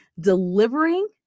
delivering